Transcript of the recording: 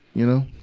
you know?